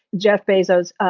jeff bezos,